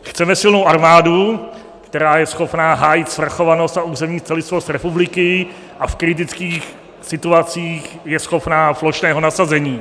Chceme silnou armádu, která je schopna hájit svrchovanost a územní celistvost republiky a v kritických situacích je schopna plošného nasazení.